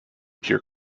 pure